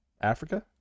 Africa